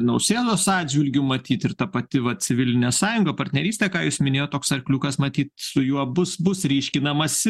nausėdos atžvilgiu matyt ir ta pati va civilinė sąjunga partnerystė ką jūs minėjot toks arkliukas matyt su juo bus bus ryškinamasi